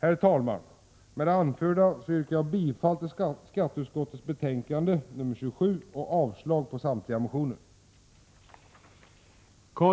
Herr talman! Med det anförda yrkar jag bifall till skatteutskottets hemställan i betänkande 27 och avslag på samtliga motioner.